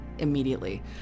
immediately